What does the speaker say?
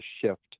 shift